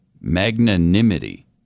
magnanimity